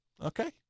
okay